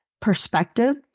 perspective